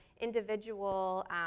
individual